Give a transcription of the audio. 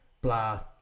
blah